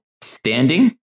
standing